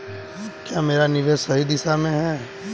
क्या मेरा निवेश सही दिशा में है?